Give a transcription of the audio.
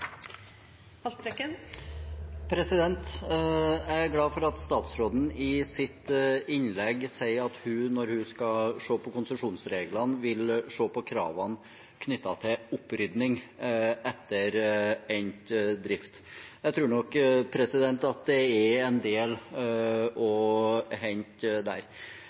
glad for at statsråden i sitt innlegg sier at hun – når hun skal se på konsesjonsreglene – vil se på kravene knyttet til opprydning etter endt drift. Jeg tror nok det er en del å hente der.